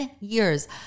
years